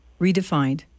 redefined